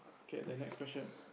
okay the next question